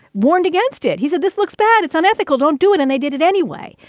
warned against it. he said this looks bad, it's unethical, don't do it. and they did it anyway.